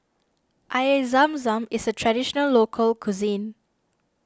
Air Zam Zam is a Traditional Local Cuisine